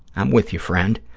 i'm with you, friend.